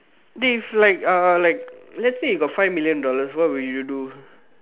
dey if like uh like let's say you got five million dollars what would you do